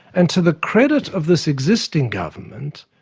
and to the credit of this existing government,